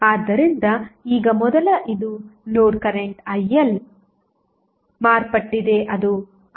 ಆದ್ದರಿಂದ ಈಗ ಮೊದಲು ಇದು ಲೋಡ್ ಕರೆಂಟ್ IL ಮಾರ್ಪಟ್ಟಿದೆ ಅದು IL' ಆಗಿದೆ